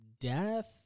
death